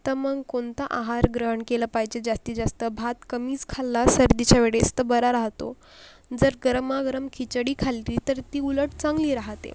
त मग कोणता आहार ग्रहण केला पाहिजे जास्तीत जास्त भात कमीच खाल्ला सर्दीच्या वेळेस तर बरा राहतो जर गरमागरम खिचडी खाल्ली तर ती उलट चांगली राहते